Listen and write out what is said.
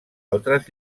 altres